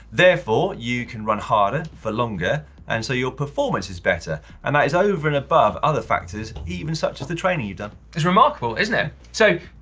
therefore you can run harder for longer and so your performance is better and that is over and above other factors, even such as the training you've done. it's remarkable, isn't it? so,